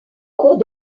cours